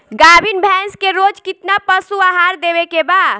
गाभीन भैंस के रोज कितना पशु आहार देवे के बा?